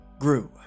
grew